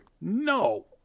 No